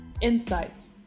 Insights